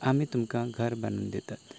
आमी तुमकां घर बांदून दितात